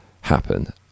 happen